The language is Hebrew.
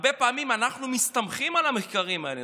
הרבה פעמים אנחנו מסתמכים על המחקרים האלה,